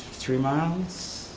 three miles?